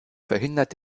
verhindert